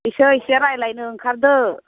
बेखो इसे रायज्लायनो ओंखारदों